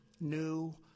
new